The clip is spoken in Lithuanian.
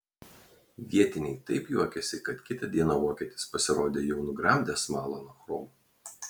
vietiniai taip juokėsi kad kitą dieną vokietis pasirodė jau nugramdęs smalą nuo chromo